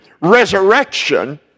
resurrection